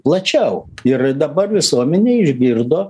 plačiau ir dabar visuomenė išgirdo